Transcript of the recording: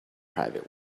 private